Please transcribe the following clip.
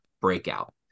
breakout